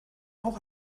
auch